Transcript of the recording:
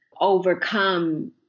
overcome